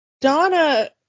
Donna